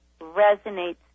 resonates